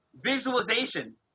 visualization